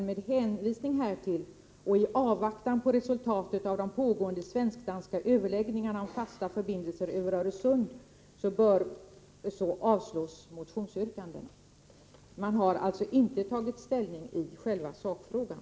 Med hänvisning härtill och i avvaktan på resultatet av de pågående svensk-danska överläggningarna om fasta förbindelser över Öresund m.m. bör motionsyrkandena enligt utskottets mening lämnas utan någon riksdagens åtgärd.” Utskottet har alltså inte tagit ställning i själva sakfrågan.